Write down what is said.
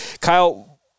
Kyle